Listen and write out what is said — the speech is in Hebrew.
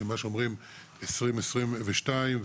2022,